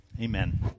Amen